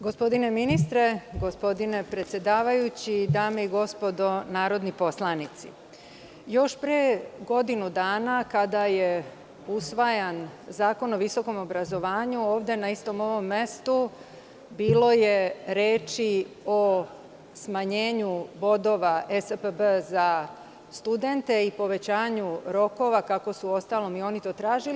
Gospodine ministre, gospodine predsedavajući, dame i gospodo narodni poslanici, još pre godinu dana, kada je usvojen Zakon o visokom obrazovanju, ovde na istom ovom mestu bilo je reči o smanjenju bodova (ESPB) za studente i povećanju rokova, kako su uostalom i oni to tražili.